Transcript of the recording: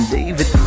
David